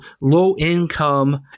low-income